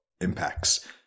impacts